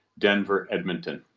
denver-edmonton.